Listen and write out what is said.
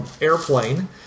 airplane